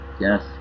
Yes